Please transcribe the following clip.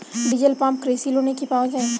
Diesel pump কৃষি লোনে কি পাওয়া য়ায়?